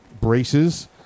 braces